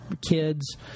kids